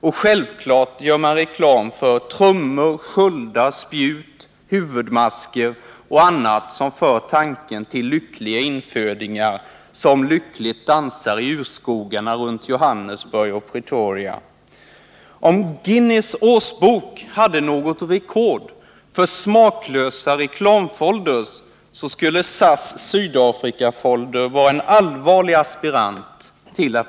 Och självfallet gör man reklam för trummor, sköldar, spjut, huvudmasker Nr 30 och annat, som för tanken till lyckliga infödingar som lyckligt dansar i Fredagen den urskogarna runt Johannesburg och Pretoria. Om Guinness årsbok hade något — 16 november 1979 rekord för smaklösa reklamfolders, så skulle SAS Sydafrikafolder vara en allvarlig aspirant på det.